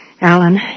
Alan